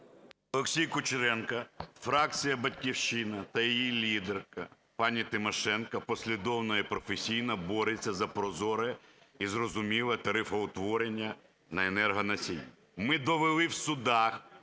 Олексій Кучеренко, фракція "Батьківщина" та її лідерка пані Тимошенко послідовно і професійно бореться за прозоре і зрозуміле тарифоутворення на енергоносії. Ми довели в судах